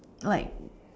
like